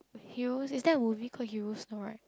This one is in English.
Heroes is there a movie called Heroes no right